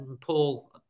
Paul